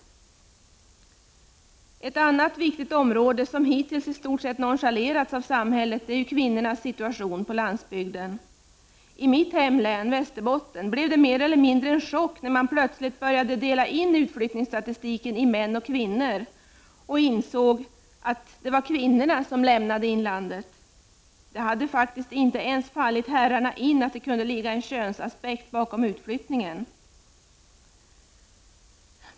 En annan viktig fråga som hittills i stort sett har nonchalerats av samhället är kvinnornas situation på landsbygden. I mitt hemlän — Västerbottens län — blev det mer eller mindre en chock för dem som började dela in utflyttningsstatistiken i män och kvinnor när de insåg att det faktiskt var kvinnorna som hade lämnat inlandet. Det hade inte ens fallit herrarna in att det kunde finnas en könsaspekt bakom utflyttningen.